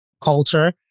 culture